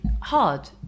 hard